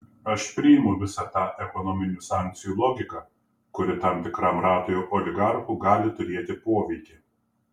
aš priimu visą tą ekonominių sankcijų logiką kuri tam tikram ratui oligarchų gali turėti poveikį